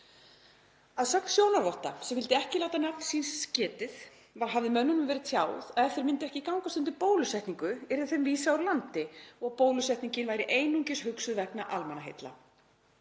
Að sögn sjónarvotts, sem vildi ekki láta nafns síns getið, hafði mönnunum verið tjáð að ef þeir myndu ekki gangast undir bólusetningu yrði þeim vísað úr landi og bólusetningin væri einungis hugsuð vegna almannaheilla.